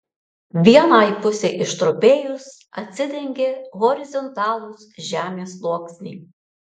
vienai pusei ištrupėjus atsidengė horizontalūs žemės sluoksniai